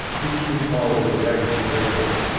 pigeony poll was erratic in residence,